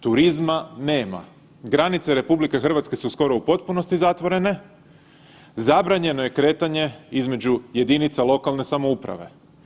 Turizma nema, granice RH su skoru u potpunosti zatvorene, zabranjeno je kretanje između jedinica lokalne samouprave.